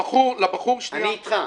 אני אתך.